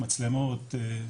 מצלמות,